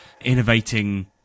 innovating